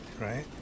Right